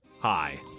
Hi